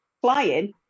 flying